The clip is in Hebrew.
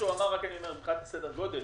אני אומר מבחינת סדר הגודל,